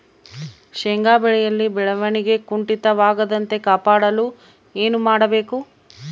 ಶೇಂಗಾ ಬೆಳೆಯಲ್ಲಿ ಬೆಳವಣಿಗೆ ಕುಂಠಿತವಾಗದಂತೆ ಕಾಪಾಡಲು ಏನು ಮಾಡಬೇಕು?